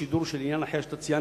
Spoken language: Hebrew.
ציינו